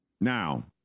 now